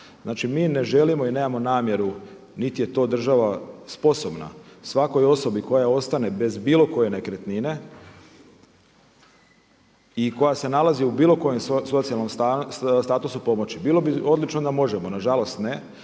Znači mi ne želimo i nemao namjeru niti je to država sposobna svakoj osobi koja ostane bez bilo koje nekretnine i koja se nalazi u bilo kojem socijalnom statutu pomoći. Bilo bi odlično da možemo, na žalost ne.